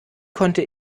konnte